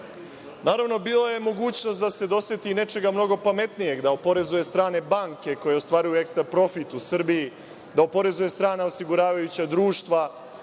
Naravno, bila je mogućnost da se doseti i nečega mnogo pametnijeg, da oporezuje strane banke koje ostvaruju ekstra profit u Srbiji, da oporezuje strana osiguravajuća društva,